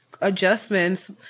adjustments